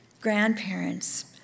grandparents